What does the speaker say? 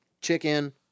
chicken